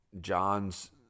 John's